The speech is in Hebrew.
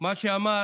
מה שאמר